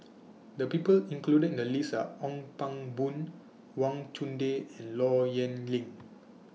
The People included in The list Are Ong Pang Boon Wang Chunde and Low Yen Ling